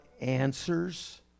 answers